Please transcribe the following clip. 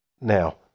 Now